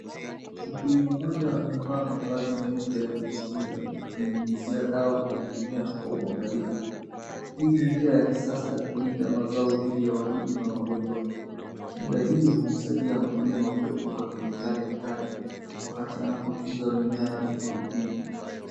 Mkulima mmoja amevaa mavazi meupe ya kujikinga akinyunyizia dawa kwenye mimea kwa uangalifu. Hii ni njia ya kisasa ya kulinda mazao didi ya wadudu na magonjwa kinga hii Umsaidia mkulima kuepuka kemikali wakati anapotunza mimea yake kwa bidii.